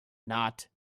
not